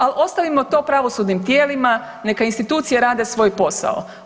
Ali ostavimo to pravosudnim tijelima neka institucije rade svoj posao.